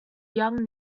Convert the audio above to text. young